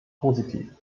positiv